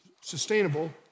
sustainable